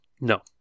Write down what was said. No